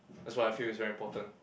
that's why I feel is very important